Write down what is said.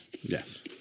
Yes